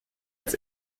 als